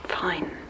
fine